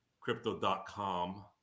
crypto.com